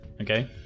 Okay